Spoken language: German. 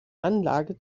anlage